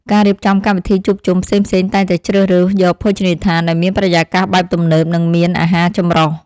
ការរៀបចំកម្មវិធីជួបជុំផ្សេងៗតែងតែជ្រើសរើសយកភោជនីយដ្ឋានដែលមានបរិយាកាសបែបទំនើប និងមានអាហារចម្រុះ។